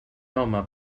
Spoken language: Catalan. home